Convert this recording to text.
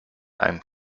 ein